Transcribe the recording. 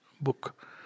book